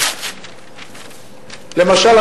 למשל,